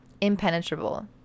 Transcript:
Impenetrable